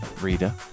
Rita